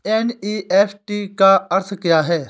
NEFT का अर्थ क्या है?